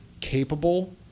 capable